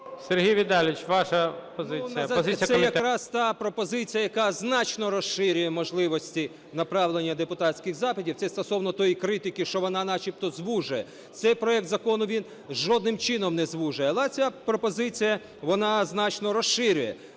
С.В. Це якраз та пропозиція, яка значно розширює можливості направлення депутатських запитів, це стосовно тої критики, що вона начебто звужує. Цей проект закону, він жодним чином не звужує. Але ця пропозиція, вона значно розширює.